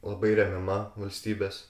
labai remiama valstybės